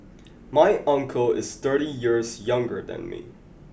my uncle is thirty years younger than me